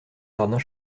jardins